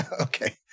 Okay